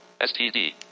STD